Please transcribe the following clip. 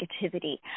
negativity